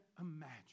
imagine